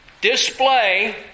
Display